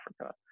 Africa